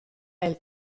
elle